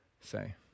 say